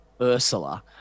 Ursula